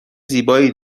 زیبایی